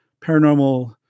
Paranormal